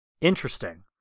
Interesting